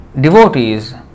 devotees